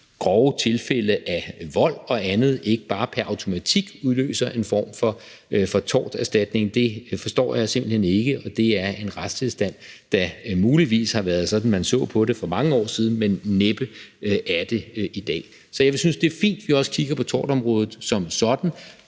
grove tilfælde af vold og andet ikke bare pr. automatik udløser en form for torterstatning. Det forstår jeg simpelt hen ikke, og det er en retstilstand, der muligvis har været sådan, man så på det for mange år siden, men næppe er det i dag. Så jeg vil synes, det er fint, vi også kigger på tortområdet som sådan.